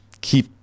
keep